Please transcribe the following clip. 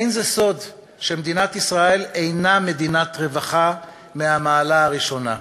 אין זה סוד שמדינת ישראל אינה מדינת רווחה מהמעלה הראשונה,